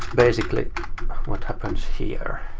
basically what happens here.